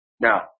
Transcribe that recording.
Now